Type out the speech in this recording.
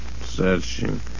searching